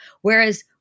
Whereas